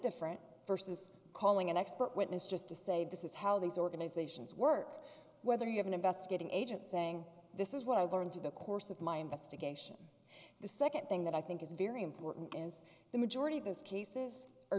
different versus calling an expert witness just to say this is how these organizations work whether you have an investigating agent saying this is what i've learned through the course of my investigation the second thing that i think is very important is the majority of those cases are